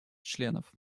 членов